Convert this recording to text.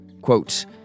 Quote